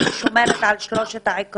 היא שומרת על שלושת העקרונות